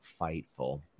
FIGHTFUL